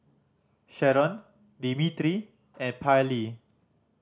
Sheron Dimitri and Pairlee